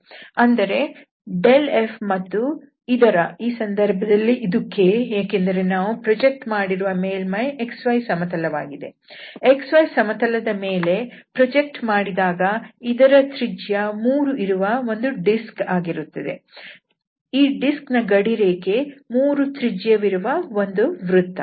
ಅಂದರೆ f ಮತ್ತು ಇದರ ಈ ಸಂದರ್ಭದಲ್ಲಿ ಇದು k ಏಕೆಂದರೆ ನಾವು ಪ್ರೊಜೆಕ್ಟ್ ಮಾಡಿರುವ ಮೇಲ್ಮೈಯು x y ಸಮತಲವಾಗಿದೆ x y ಸಮತಲದ ಮೇಲೆ ಪ್ರೊಜೆಕ್ಟ್ ಮಾಡಿದಾಗ ಇದು ತ್ರಿಜ್ಯ 3 ಇರುವ ಒಂದು ಡಿಸ್ಕ್ ಆಗಿರುತ್ತದೆ ಈ ಡಿಸ್ಕ್ ನ ಗಡಿರೇಖೆ 3 ತ್ರಿಜ್ಯವಿರುವ ಒಂದು ವೃತ್ತ